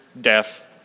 death